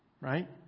right